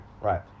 right